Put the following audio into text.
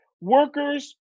workers